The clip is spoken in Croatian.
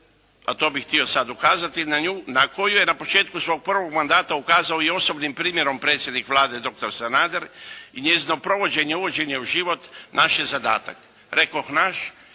a to bih htio sad ukazati na nju na koju je na početku svog prvog mandata ukazao i osobnim primjerom predsjednik Vlade doktor Sanader i njezino provođenje i uvođenje u život naš je zadatak. Rekoh naš,